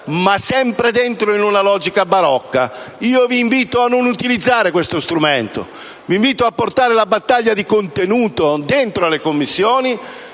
ma sempre dentro una logica barocca. Io vi invito a non utilizzare questo strumento, vi invito a portare la battaglia di contenuto dentro le Commissioni,